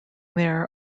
there